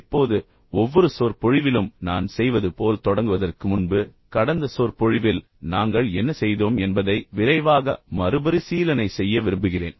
இப்போது ஒவ்வொரு சொற்பொழிவிலும் நான் செய்வது போல் தொடங்குவதற்கு முன்பு கடந்த சொற்பொழிவில் நாங்கள் என்ன செய்தோம் என்பதை விரைவாக மறுபரிசீலனை செய்ய விரும்புகிறேன்